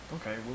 okay